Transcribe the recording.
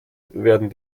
werden